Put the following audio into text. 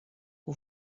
que